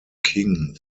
king